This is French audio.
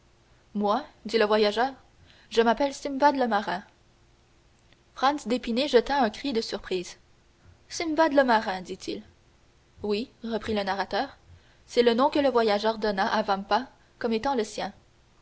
moi dit le voyageur je m'appelle simbad le marin franz d'épinay jeta un cri de surprise simbad le marin dit-il oui reprit le narrateur c'est le nom que le voyageur donna à vampa comme étant le sien